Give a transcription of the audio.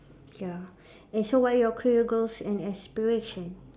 ya and so what your career goals and aspiration